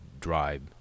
drive